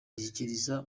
ashyikiriza